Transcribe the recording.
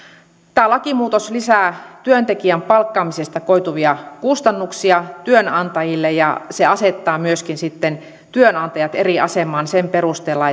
tämä lakimuutos lisää työntekijän palkkaamisesta koituvia kustannuksia työnantajille ja se asettaa myöskin työnantajat eri asemaan sen perusteella